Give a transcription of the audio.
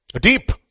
Deep